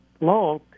long